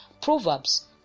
Proverbs